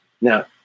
Now